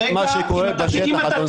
זה מה שקורה בשטח, אדון סויסא.